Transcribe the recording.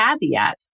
caveat